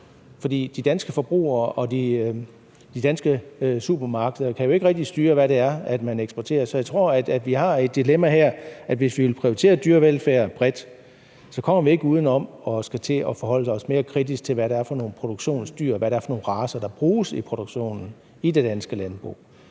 For de danske forbrugere og de danske supermarkeder kan jo ikke rigtig styre, hvad det er, man eksporterer. Så jeg tror, at vi har et dilemma her med, at hvis vi vil prioritere dyrevelfærd bredt, så kommer vi ikke uden om at skulle til at forholde os mere kritisk til, hvad det er for nogle produktionsdyr, og hvad det er for nogle racer, der bruges i produktionen i det danske landbrug.